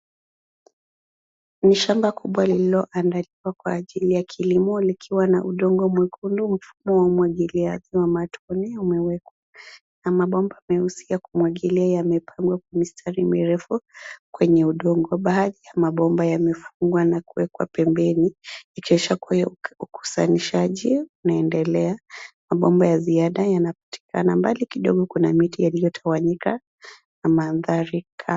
Ni shamba kubwa lililoandaliwa kwa ajili ya kilimo likiwa na udongo mwekundu. Mfumo wa umwagiliaji wa matone umewekwa na mabomba meusi ya kumwagilia imepangwa kwa mistari mirefu kwenye udongo. Baadhi ya mabomba yamefungwa na kuwekwa pembeni ikionyesha kuwa ukusanyishaji unaendelea. Mabomba ya ziada yanapatikana. Mbali kidogo kuna miti yaliyotawanyika na mandahari kame.